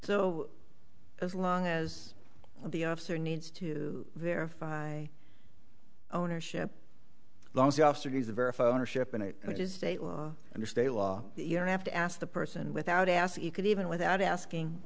so as long as the officer needs to verify ownership laws the officer he's verified ownership in it which is state law under state law you don't have to ask the person without asking you could even without asking